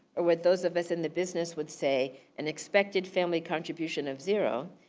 or with those of us in the business would say, an expected family contribution of zero,